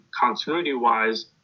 continuity-wise